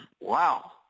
Wow